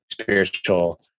spiritual